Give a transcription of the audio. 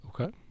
Okay